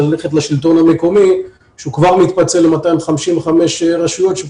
ללכת לשלטון המקומי שהוא כבר מתפצל ל-255 רשויות.